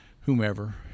whomever